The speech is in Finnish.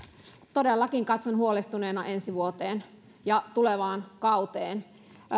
todellakin katson huolestuneena ensi vuoteen ja tulevaan kauteen